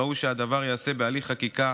ראוי שהדבר ייעשה בהליך חקיקה